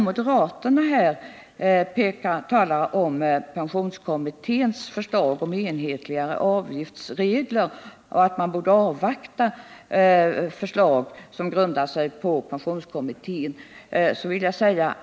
Moderaterna talar om pensionskommitténs förslag om mer enhetliga avgiftsregler och anför att man borde avvakta förslag som grundar sig på pensionskommitténs betänkande.